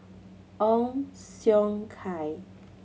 Ong Siong Kai